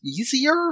easier